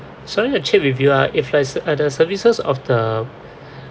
sorry I check with you if there's the services of the